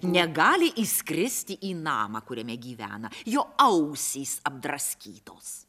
negali įskristi į namą kuriame gyvena jo ausys apdraskytos